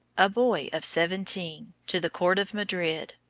a boy of seventeen, to the court of madrid,